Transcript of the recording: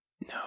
No